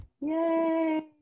Yay